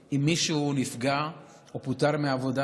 אם מישהו נפגע או פוטר מהעבודה.